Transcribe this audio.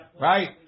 right